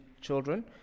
children